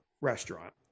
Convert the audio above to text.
restaurant